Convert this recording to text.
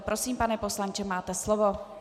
Prosím, pane poslanče, máte slovo.